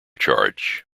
charge